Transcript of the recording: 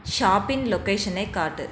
ஷாப்பின் லொகேஷனை காட்டு